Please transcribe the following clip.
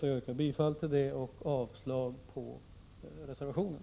Jag yrkar bifall till det och avslag på reservationen.